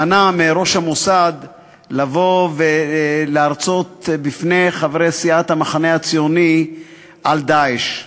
מנע מראש המוסד לבוא ולהרצות בפני חברי סיעת המחנה הציוני על "דאעש".